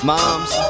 Moms